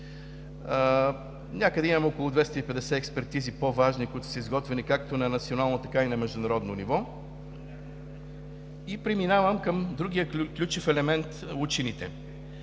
някъде около 250 по-важни експертизи, които са изготвени както на национално, така и на международно ниво. Преминавам към другия ключов елемент – учените.